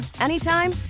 anytime